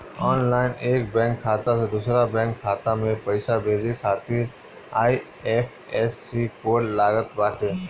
online एक bank खाता से दूसरा बैंक खाता में पईसा भेजे खातिर आई.एफ.एस.सी कोड लागत बाटे